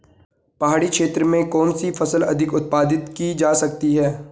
पहाड़ी क्षेत्र में कौन सी फसल अधिक उत्पादित की जा सकती है?